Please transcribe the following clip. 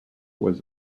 was